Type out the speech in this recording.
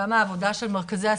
גם העבודה של מרכזי הסיוע,